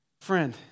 Friend